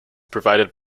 provided